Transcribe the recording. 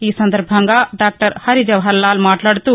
ఈ సందర్భంగా డాక్టర్ హరిజవహర్ లాల్ మాట్లాదుతూ